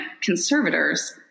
conservators